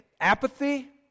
apathy